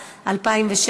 אדוני.